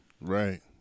Right